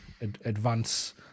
advance